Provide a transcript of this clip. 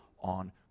on